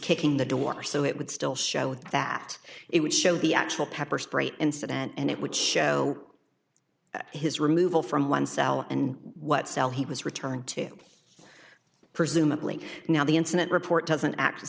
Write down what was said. kicking the door so it would still shell out that it would show the actual pepper spray incident and it would show his removal from one cell and what cell he was returned to presumably now the incident report doesn't act